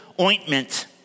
ointment